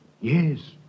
Yes